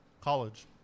College